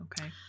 Okay